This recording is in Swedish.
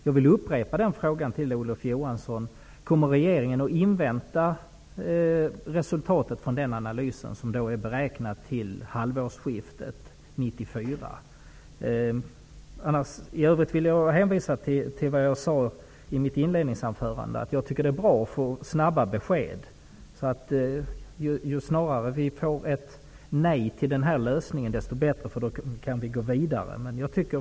Jag vill upprepa min fråga till Olof Johansson: Kommer regeringen att invänta resultatet från den analysen, som är beräknat till halvårsskiftet 1994? I övrigt vill jag hänvisa till vad jag sade i mitt inledningsanförande. Jag tycker att det är bra att få snabba besked; ju snarare vi får ett nej till den här lösningen desto bättre, eftersom vi då kan gå vidare.